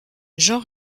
jean